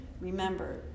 Remember